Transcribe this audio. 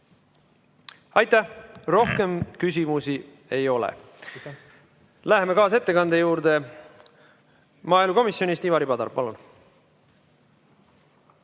Aitäh! Rohkem küsimusi ei ole. Läheme kaasettekande juurde. Maaelukomisjoni esindaja Ivari Padar, palun!